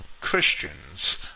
Christians